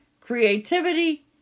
creativity